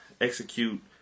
execute